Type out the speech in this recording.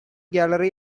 gallery